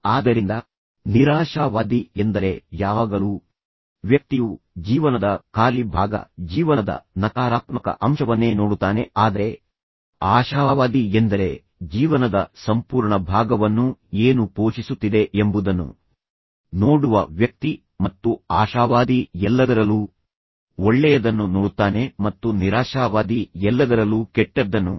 ಆದ್ದರಿಂದ ನಿರಾಶಾವಾದಿ ಎಂದರೆ ಯಾವಾಗಲೂ ವ್ಯಕ್ತಿಯು ಜೀವನದ ಖಾಲಿ ಭಾಗ ಜೀವನದ ನಕಾರಾತ್ಮಕ ಅಂಶವನ್ನೇ ನೋಡುತ್ತಾನೆ ಆದರೆ ಆಶಾವಾದಿ ಎಂದರೆ ಜೀವನದ ಸಂಪೂರ್ಣ ಭಾಗವನ್ನು ಏನು ಪೋಷಿಸುತ್ತಿದೆ ಎಂಬುದನ್ನು ನೋಡುವ ವ್ಯಕ್ತಿ ಮತ್ತು ಆಶಾವಾದಿ ಎಲ್ಲದರಲ್ಲೂ ಒಳ್ಳೆಯದನ್ನು ನೋಡುತ್ತಾನೆ ಮತ್ತು ನಿರಾಶಾವಾದಿ ಎಲ್ಲದರಲ್ಲೂ ಕೆಟ್ಟದ್ದನ್ನು ನೋಡುತ್ತಾನೆ